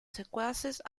secuaces